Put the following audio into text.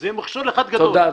תודה.